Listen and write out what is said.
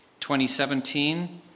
2017